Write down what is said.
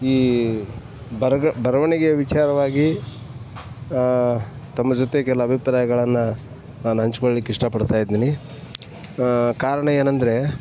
ಈ ಬರ್ಗ ಬರವಣಿಗೆಯ ವಿಚಾರವಾಗಿ ತಮ್ಮ ಜೊತೆಗೆಲ್ಲ ಅಭಿಪ್ರಾಯಗಳನ್ನು ನಾನು ಹಂಚ್ಕೊಳ್ಲಿಕ್ ಇಷ್ಟಪಡ್ತಾ ಇದ್ದೀನಿ ಕಾರಣ ಏನಂದರೆ